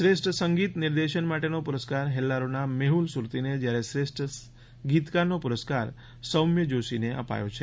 શ્રેષ્ઠ સંગીત નિર્દેશન માટેનો પુરસ્કાર હેલ્લારોના મેહ્લ સુરતીને જ્યારે શ્રેષ્ઠ ગીતકારનો પુરસ્કાર સૌમ્ય જોષીને અપાયો છે